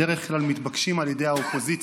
בדרך כלל מתבקשים על ידי האופוזיציה.